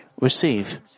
receive